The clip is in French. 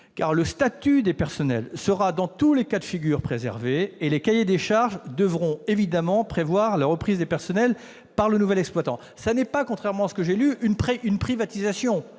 : le statut des personnels sera dans tous les cas de figure préservé, et les cahiers des charges devront évidemment prévoir la reprise des personnels par le nouvel exploitant. Ce n'est pas la question ! Il ne s'agit pas, contrairement à ce que j'ai lu, d'une privatisation.